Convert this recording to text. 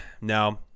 no